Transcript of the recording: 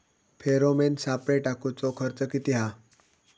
Pheromone सापळे टाकूचो खर्च किती हा?